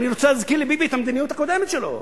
אני רוצה להזכיר לביבי את המדיניות הקודמת שלו,